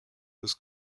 was